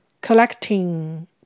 Collecting